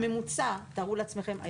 תארו לעצמכם,